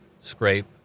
scrape